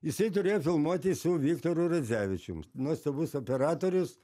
jisai turėjo filmuoti su viktoru radzevičium p nuostabus operatorius